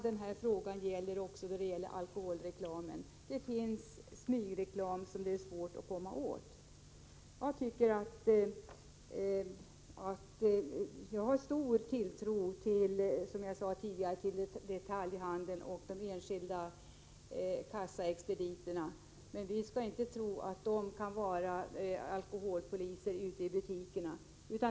Detsamma gäller beträffande alkoholreklamen: det finns smygreklam, som det är svårt att komma åt. Jag har, som jag sade tidigare, stor tilltro till de enskilda kassaexpediterna inom detaljhandeln, men vi skall inte tro att det skall kunna placeras ut alkoholpoliser ute i butikerna.